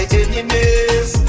enemies